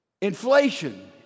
Inflation